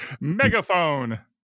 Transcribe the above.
megaphone